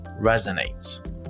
resonates